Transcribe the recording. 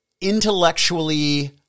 intellectually